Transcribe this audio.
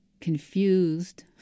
confused